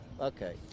okay